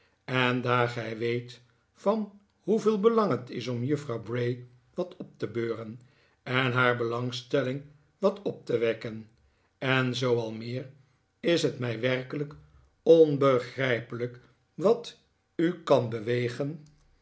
en daar gij weet van hoeveel belang het is om juffrouw bray wat op te beuren en haar belangstelling wat op te wekken en zoo al meer is het mij werkelijk onbegrijpelijk wat u kan bewegen